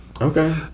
Okay